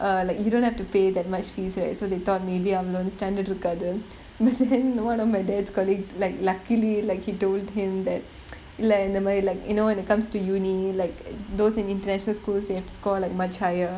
err like you don't have to pay that much fees right so they thought maybe அவல ஒரு:avala oru standard இருக்காது:irukaathu then one of my dad's colleague like luckily like he told him that இல்ல இந்த மாரி:illa intha maari like you know when it comes to university like those in international schools they have to score like much higher